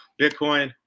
Bitcoin